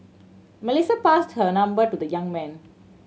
Melissa passed her number to the young man